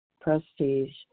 prestige